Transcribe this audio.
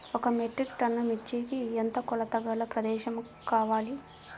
ఒక metric ton మిర్చికి ఎంత కొలతగల ప్రదేశము కావాలీ?